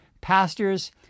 pastors